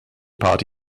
party